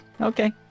okay